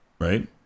Right